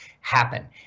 happen